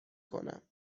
کنم